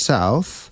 South